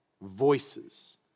voices